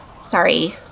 sorry